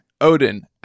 Odin